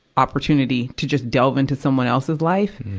opportunity to just delve into someone else's life,